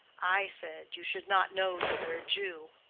i said you should not know you were a jew.